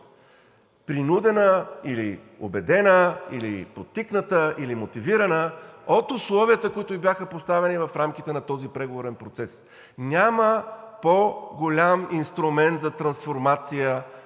принудена или убедена, или подтикната, или мотивирана от условията, които ѝ бяха поставени в рамките на този преговорен процес. Няма по-голям инструмент за трансформация